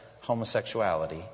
homosexuality